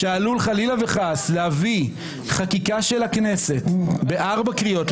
שעלול חלילה וחס להביא חקיקה של הכנסת בארבע קריאות,